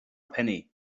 penny